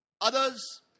Others